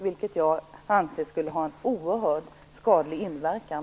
Jag anser att det skulle ha en oerhört skadlig inverkan.